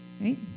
Right